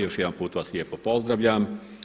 Još jedan put vas lijepo pozdravljam.